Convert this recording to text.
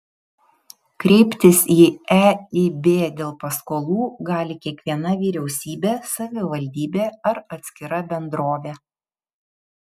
kreiptis į eib dėl paskolų gali kiekviena vyriausybė savivaldybė ar atskira bendrovė